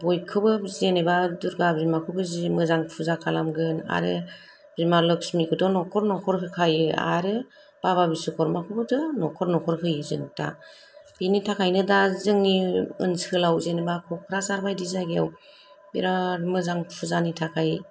बयखौबो जेनेबा र्दुगा बिमाखौबो जि मोजां फुजा खालामगोन आरो बिमा लक्ष्मीखौ थ' न'खर नखर होखायो आरो बाबा बिस'करमा खौबो जों न'खर न'खर होयो जोंदा बेनि थाखायनो दा जोंनि ओनसोलाव जेनोबा क'क्राझार बायदि जायगायाव बिराथ मोजां फुजानि थाखाय